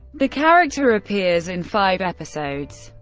the character appears in five episodes.